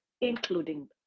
including